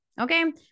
Okay